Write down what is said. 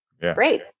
Great